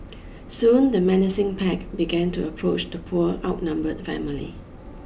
soon the menacing pack began to approach the poor outnumbered family